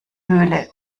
höhle